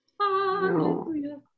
Hallelujah